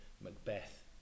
Macbeth